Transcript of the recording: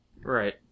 Right